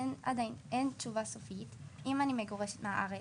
אין תשובה סופית אם אני מגורשת מהארץ,